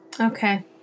Okay